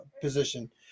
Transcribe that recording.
position